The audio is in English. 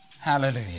Hallelujah